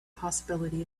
possibility